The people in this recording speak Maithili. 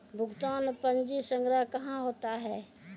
भुगतान पंजी संग्रह कहां होता हैं?